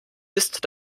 ist